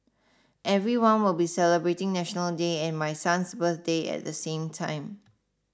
everyone will be celebrating National Day and my son's birthday at the same time